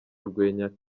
urwenya